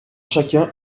chacun